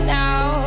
now